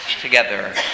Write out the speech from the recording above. together